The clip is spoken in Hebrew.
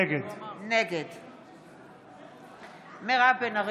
נגד מירב בן ארי,